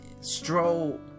Stroll